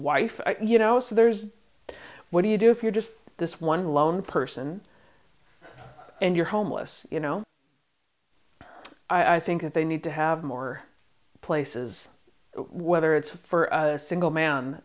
wife you know so there's what do you do if you're just this one lone person and you're homeless you know i think they need to have more places whether it's for a single man